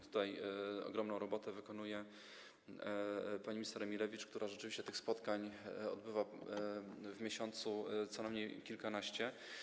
Tutaj ogromną robotę wykonuje pani minister Emilewicz, która rzeczywiście tych spotkań odbywa w miesiącu co najmniej kilkanaście.